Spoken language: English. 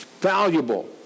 valuable